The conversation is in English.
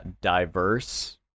diverse